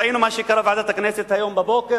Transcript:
ראינו מה שקרה בוועדת הכנסת היום בבוקר,